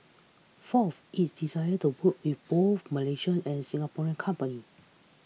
fourth its desire to work with both Malaysian and Singaporean companies